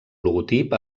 logotip